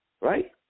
Right